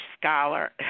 scholar